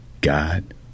God